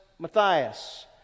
Matthias